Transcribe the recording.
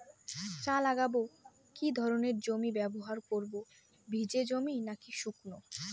চা লাগাবো কি ধরনের জমি ব্যবহার করব ভিজে জমি নাকি শুকনো?